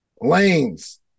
Lanes